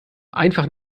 einfach